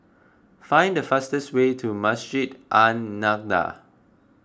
find the fastest way to Masjid An Nahdhah